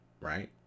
right